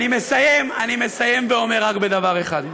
אני מסיים, אני מסיים ואומר רק דבר אחד,